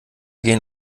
gehen